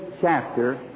chapter